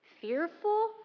fearful